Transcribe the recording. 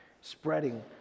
spreading